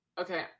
okay